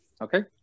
Okay